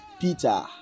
peter